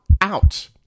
out